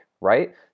right